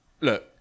Look